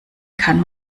kann